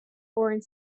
foreign